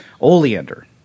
oleander